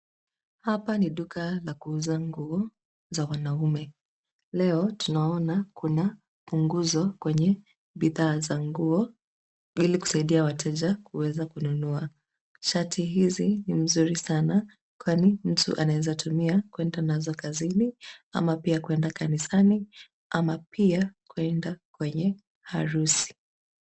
Hapa ni duka la kuuza nguo za wanaume. Leo tunaona kuna punguzo kwenye bidhaa za nguo ili kusaidia wateja kuweza kununua. Shati hizi ni nzuri sana kwani mtu anaweza tumia kwenda nazo kazini ama pia kwenda kanisani ama pia kuenda kwenye harusi.